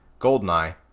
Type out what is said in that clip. Goldeneye